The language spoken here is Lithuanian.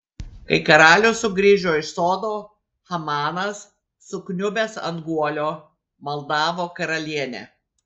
kai karalius sugrįžo iš sodo hamanas sukniubęs ant guolio maldavo karalienę